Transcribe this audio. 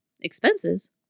Expenses